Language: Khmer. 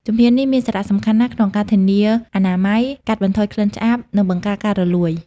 ជំហាននេះមានសារៈសំខាន់ណាស់ក្នុងការធានាអនាម័យ កាត់បន្ថយក្លិនឆ្អាប និងបង្ការការរលួយ។